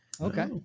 Okay